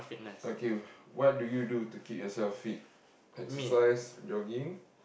okay what do you do to keep yourself fit exercise jogging